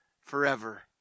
forever